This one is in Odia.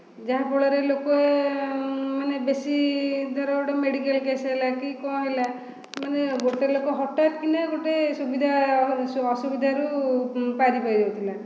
ଯାହା ଫଳରେ ଲୋକେମାନେ ବେଶି ଧର ଗୋଟେ ମେଡିକାଲ କେଶ ହେଲା କି କ'ଣ ହେଲା ମାନେ ଗୋଟେ ଲୋକ ହଠାତ କିନା ଗୋଟେ ସୁବିଧା ଅସୁବିଧା ରୁ ପାରିପାଇଯାଉଥିଲା